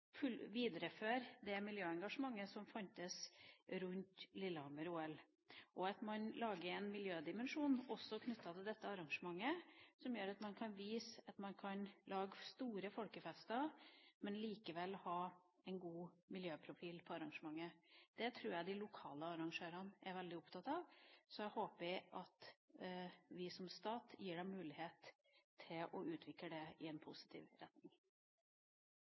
videreføre det miljøengasjementet som fantes rundt Lillehammer-OL, at man får en miljødimensjon også knyttet til dette arrangementet, som gjør at man kan vise at man kan lage store folkefester, men likevel ha en god miljøprofil på arrangementet. Det tror jeg de lokale arrangørene er veldig opptatt av. Så jeg håper at vi som stat gir dem mulighet til å utvikle det i en positiv retning.